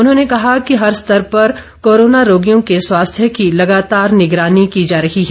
उन्होंने कहा कि हर स्तर पर कोरोना रोगियों र्के स्वास्थ्य की लगातार निगरानी की जा रही है